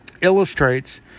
illustrates